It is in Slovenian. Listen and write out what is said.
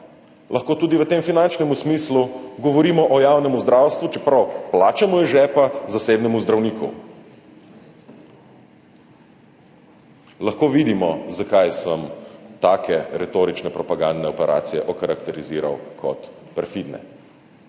lahko tudi v tem finančnem smislu govorimo o javnem zdravstvu, čeprav plačamo iz žepa zasebnemu zdravniku. Lahko vidimo, zakaj sem take retorične, propagandne operacije okarakteriziral kot perfidne